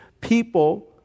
people